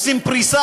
עושים פריסה